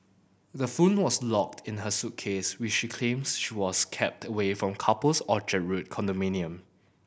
the phone was locked in her suitcase which she claims she was kept away from the couple's Orchard Road condominium